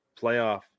playoff